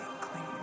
clean